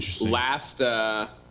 Last